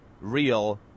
real